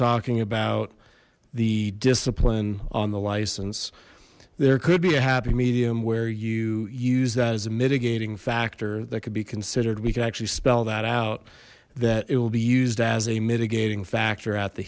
about the discipline on the license there could be a happy medium where you use that as a mitigating factor that could be considered we can actually spell that out that it will be used as a mitigating factor at the